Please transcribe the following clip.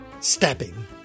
stabbing